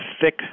thick